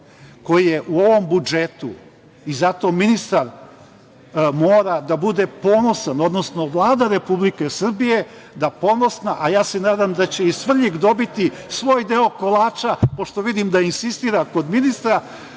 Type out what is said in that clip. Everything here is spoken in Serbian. koji je u ovom budžetu, i zato ministar mora da bude ponosan, odnosno Vlada Republike Srbije da bude ponosna, a nadam se da će i Svrljig dobiti svoj deo kolača, pošto vidim da insistira kod ministra,